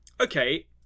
okay